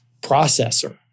processor